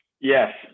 Yes